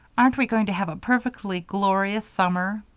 aren't we going to have a perfectly glorious summer?